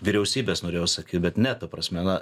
vyriausybės norėjau sakyt bet ne ta prasme na